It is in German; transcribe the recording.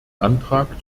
antrag